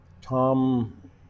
Tom